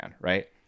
right